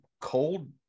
cold